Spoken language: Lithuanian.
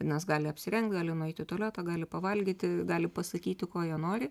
nes gali apsirengt gali nueit į tualetą gali pavalgyti gali pasakyti ko jie nori